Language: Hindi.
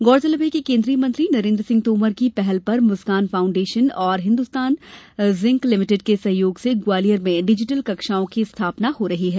गौरतलब है कि केंद्रीय मंत्री नरेन्द्र सिंह तोमर की पहल पर मुस्कान फाउण्डेशन और हिन्दुस्तान जिंक लिमिटेड के सहयोग से ग्वालियर में डिजिटल कक्षाओं की स्थापना हो रही है